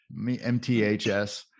MTHS